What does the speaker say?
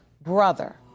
brother